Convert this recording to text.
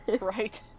Right